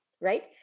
right